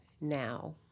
now